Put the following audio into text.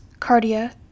cardia